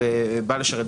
בא לשרת.